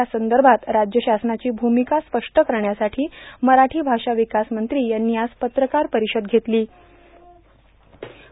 यासंदभात राज्य शासनाची र्भूामका स्पष्ट करण्यासाठों मराठों भाषा र्विकास मंत्री यांनी आज पत्रकार र्पारषद घेतलों